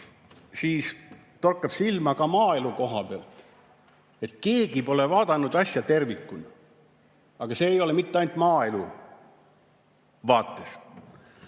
siis torkab maaelu koha pealt silma, et keegi pole vaadanud asja tervikuna. Ja see ei ole mitte ainult maaelu vaates.